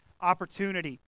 opportunity